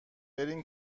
برین